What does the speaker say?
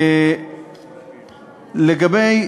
לגבי